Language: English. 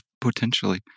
potentially